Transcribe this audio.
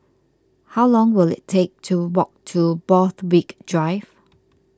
how long will it take to walk to Borthwick Drive